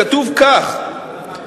כתוב כך,